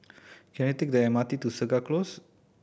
can I take the M R T to Segar Close